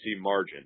margin